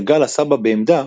דגל הסבא בעמדה,